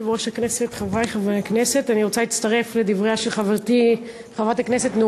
שיכולים לתרום